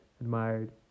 admired